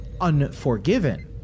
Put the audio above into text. unforgiven